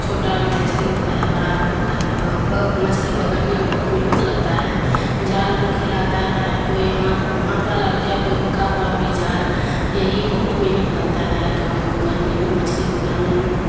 چھوٹا بھی مچھلی ہوتا ہے بڑا بھی ہوتا ہے مچھلی پکڑنے میں بہت محنت لگتا ہے جال الل کھراتا ہے کوئی ہاتھ ہاتھ والا بھی جا کوئی پھکا ہوا ا بھی جال یہی بہت محنت لگتا ہے کام ام کرنے میں مچھلی پکڑنے میں